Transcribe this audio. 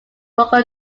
local